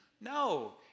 No